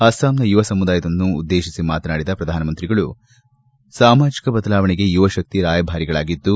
ಅಸ್ಸಾಂನ ಯುವ ಸಮುದಾಯವನ್ನು ಉದ್ದೇಶಿಸಿ ಮಾತನಾಡಿದ ಪ್ರಧಾನಮಂತ್ರಿಗಳು ಸಾಮಾಜಿಕ ಬದಲಾವಣೆಗೆ ಯುವಶಕ್ತಿ ರಾಯಭಾರಿಗಳಾಗಿದ್ದು